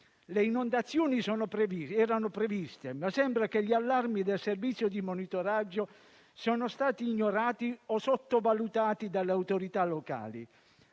Le inondazioni erano previste, ma sembra che gli allarmi del servizio di monitoraggio siano stati ignorati o sottovalutati dalle autorità locali.